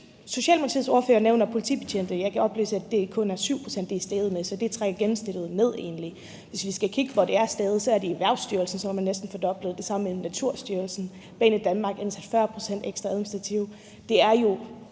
Socialdemokratiets ordfører nævner politibetjente. Jeg kan oplyse, at det kun er 7 pct., det er steget med, så det trækker egentlig gennemsnittet ned. Hvis vi skal kigge på, hvor det er steget, så er det i Erhvervsstyrelsen, hvor det næsten er fordoblet, og det samme i Naturstyrelsen, og i Banedanmark er der ansat 40 pct. ekstra administrative